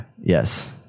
Yes